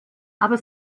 aber